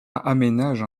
aménage